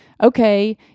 okay